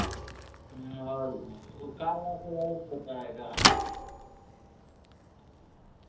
और वह car wash वगैरह भी होता है क्या